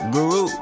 Guru